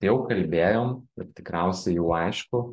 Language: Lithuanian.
tai jau kalbėjom ir tikriausiai jau aišku